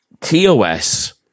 TOS